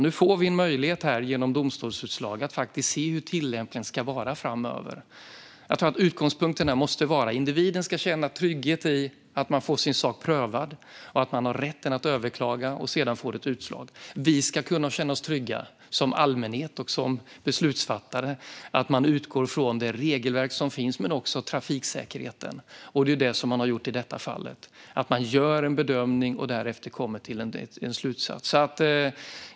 Nu får vi en möjlighet genom domstolsutslag att faktiskt se hur tillämpningen ska vara framöver. Jag tror att utgångspunkten måste vara att individen ska känna trygghet i att man får sin sak prövad och att man har rätt att överklaga och sedan få ett utslag. Vi ska kunna känna oss trygga som allmänhet och som beslutsfattare i att man utgår från det regelverk som finns men också från trafiksäkerheten. Det är det som man har gjort i detta fall. Man gör en bedömning, och därefter kommer man till en slutsats.